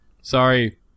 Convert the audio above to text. Sorry